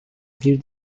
bir